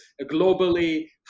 globally